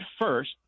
first